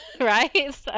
right